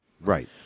right